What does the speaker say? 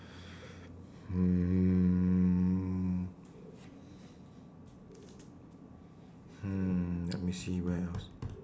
hmm let me see where else